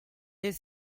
his